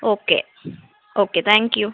okay okay thank you